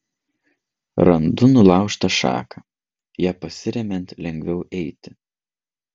randu nulaužtą šaką ja pasiremiant lengviau eiti